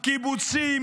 קיבוצים,